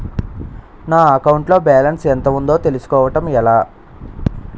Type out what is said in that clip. నా అకౌంట్ లో బాలన్స్ ఎంత ఉందో తెలుసుకోవటం ఎలా?